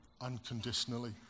unconditionally